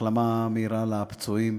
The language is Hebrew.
והחלמה מהירה לפצועים.